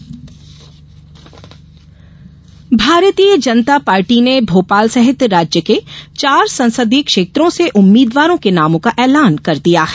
भाजपा उम्मीदवार भारतीय जनता पार्टी ने भोपाल सहित राज्य के चार संसदीय क्षेत्रों से उम्मीद्वारों के नामों का एलान कर दिया है